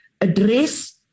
address